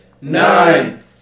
nine